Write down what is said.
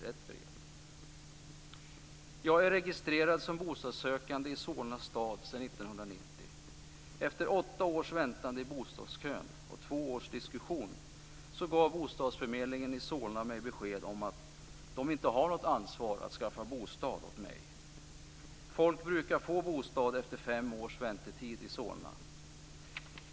Så här står det: Jag är registrerad som bostadssökande i Solna stad sedan 1990. Efter åtta års väntande i bostadskön och två års diskussion gav bostadsförmedlingen i Solna mig besked om att de inte har något ansvar att skaffa bostad åt mig. Folk brukar få bostad efter fem års väntetid i Solna.